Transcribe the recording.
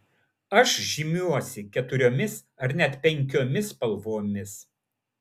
aš žymiuosi keturiomis ar net penkiomis spalvomis